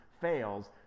fails